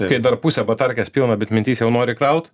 kai dar pusę batarkės pilna bet mintyse jau nori kraut